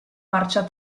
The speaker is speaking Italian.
marcia